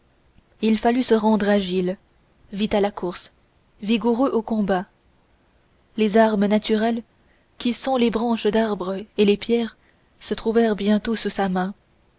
il fallut se rendre agile vite à la course vigoureux au combat les armes naturelles qui sont les branches d'arbre et les pierres se trouvèrent bientôt sous sa main